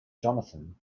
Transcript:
jonathan